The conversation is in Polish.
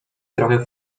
trochę